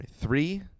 Three